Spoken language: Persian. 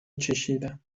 چشیدم